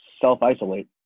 self-isolate